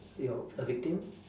your a victim